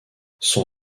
son